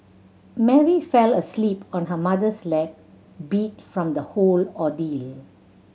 Mary fell asleep on her mother's lap beat from the whole ordeal